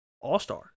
all-star